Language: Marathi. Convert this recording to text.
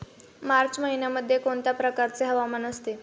मार्च महिन्यामध्ये कोणत्या प्रकारचे हवामान असते?